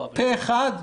פה אחד,